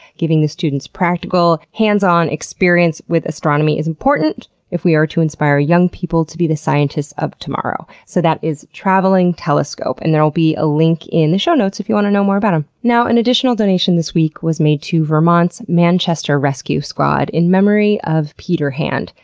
giving the students practical, hands-on experience with astronomy is important if we are to inspire young people to be the scientists of tomorrow. so that is traveling telescope and there will be a link in the show notes if you want to know more about them. ah now, an additional donation this week was made to vermont's manchester rescue squad in memory of peter hand,